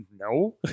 No